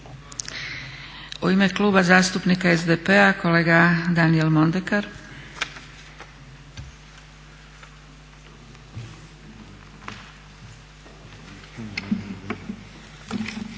U ime Kluba zastupnika SDP-a kolega Daniel Mondekar.